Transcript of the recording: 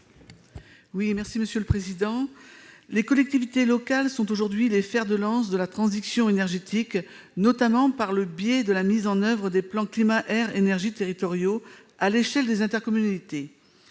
n° I-15 rectifié . Les collectivités locales sont aujourd'hui les fers de lance de la transition énergétique, notamment par le biais de la mise en oeuvre des plans climat-air-énergie territoriaux à l'échelle des intercommunalités.